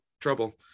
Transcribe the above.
trouble